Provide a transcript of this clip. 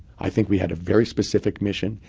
i think we had a very specific mission.